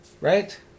Right